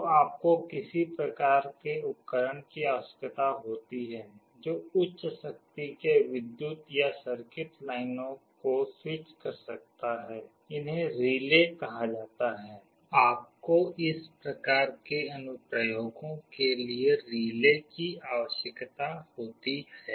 तो आपको किसी प्रकार के उपकरण की आवश्यकता होती है जो उच्च शक्ति के विद्युत या सर्किट लाइनों को स्विच कर सकता है इन्हें रिले कहा जाता है आपको इस प्रकार के अनुप्रयोगों के लिए रिले की आवश्यकता होती है